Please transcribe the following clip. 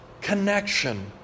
connection